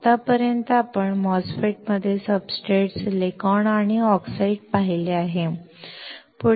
आत्तापर्यंत आपण MOSFET मध्ये सब्सट्रेट सिलिकॉन आणि ऑक्साईड पाहिले आहे